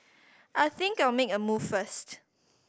I think I'll make a move first